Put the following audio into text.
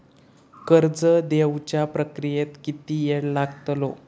कर्ज देवच्या प्रक्रियेत किती येळ लागतलो?